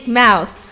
mouth